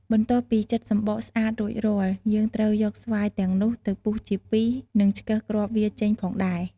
បន្ទាប់ពីចិតសំំបកស្អាតរួចរាល់ យើងត្រូវយកស្វាយទាំងនោះទៅពុះជាពីរ និងឆ្កឹះគ្រាប់វាចេញផងដែរ។